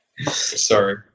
Sorry